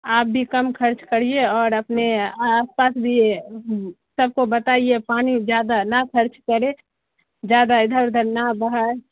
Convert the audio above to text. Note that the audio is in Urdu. آپ بھی کم خرچ کریے اور اپنے آس پاس بھی سب کو بتائیے پانی زیادہ نہ خرچ کرے زیادہ ادھر ادھر نہ بہائے